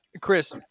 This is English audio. Chris